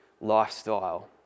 lifestyle